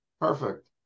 Perfect